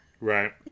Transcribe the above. right